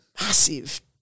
massive